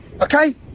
okay